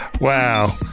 Wow